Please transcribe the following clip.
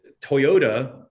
Toyota